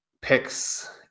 picks